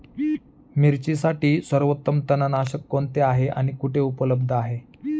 मिरचीसाठी सर्वोत्तम तणनाशक कोणते आहे आणि ते कुठे उपलब्ध आहे?